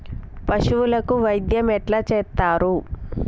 పశువులకు వైద్యం ఎట్లా చేత్తరు?